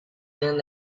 man